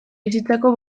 bizitzako